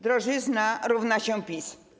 Drożyzna równa się PiS.